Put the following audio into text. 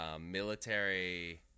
Military